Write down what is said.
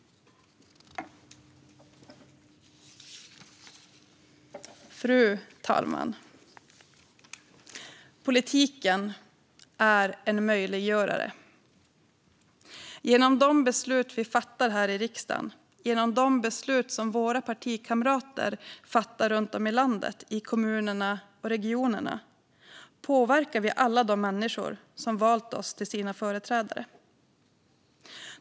Fru talman! Politiken är en möjliggörare. Genom de beslut vi fattar här i riksdagen och genom de beslut som våra partikamrater fattar runt om i landet, i kommunerna och regionerna, påverkar vi alla de människor som valt oss till sina företrädare.